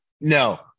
No